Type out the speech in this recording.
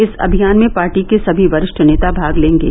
इस अभियान में पार्टी के सभी वरिष्ठ नेता भाग लेंगे